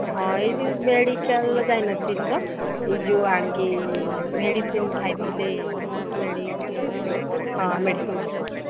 ହଁ ଏଇ ମେଡ଼ିକାଲ୍ ଯାଇନଥିଲି ତ ଏଇ ଯେଉଁ ଆଣିକି ମେଡ଼ିସିନ୍ ଖାଇଥିଲି ହଁ ମେଡ଼ିସିନ୍ ଷ୍ଟୋରରୁ